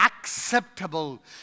acceptable